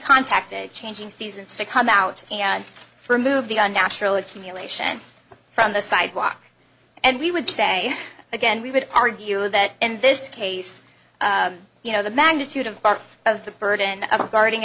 contacted changing seasons to come out for a movie on natural accumulation from the sidewalk and we would say again we would argue that in this case you know the magnitude of part of the burden of guarding